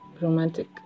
romantic